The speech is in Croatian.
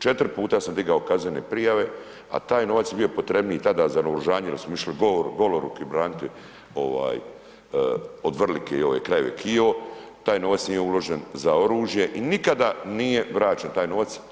Četiri puta sam dignuo kaznene prijave a taj novac je bio potrebniji tada za naoružanje jer smo išli goloruki braniti od Vrlike i ove krajeve Kijevo, taj novac nije uložen za oružje i nikada nije vraćen taj novac.